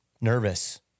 nervous